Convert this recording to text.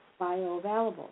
bioavailable